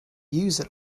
user